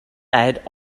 add